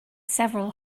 several